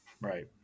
Right